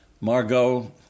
Margot